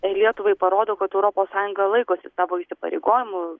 lietuvai parodo kad europos sąjunga laikosi savo įsipareigojimų